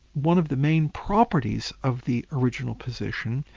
one of the main properties of the original position,